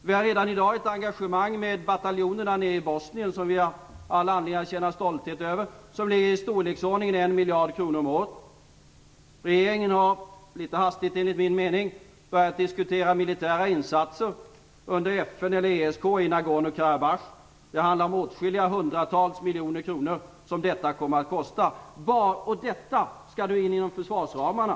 Vi har redan i dag ett engagemang med bataljoner nere i Bosnien, vilka vi har all anledning att känna stolthet över. Det gäller i storleksordningen en miljard kronor om året. Regeringen har, litet hastigt enligt min mening, börjat diskutera militära insatser under FN eller ESK i Nagorno-Karabach. Det kommer att kosta åtskilliga hundratals miljoner kronor. Detta skall nu in inom försvarsramarna.